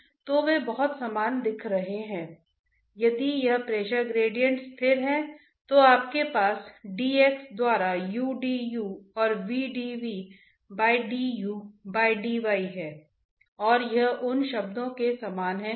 श्रमसाध्य तरीका shell balance लिखना है और मध्यवर्ती तरीका नेवियर स्टोक्स से शुरू करना है